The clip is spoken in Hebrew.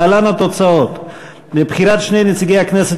להלן התוצאות: לבחירת שני נציגי הכנסת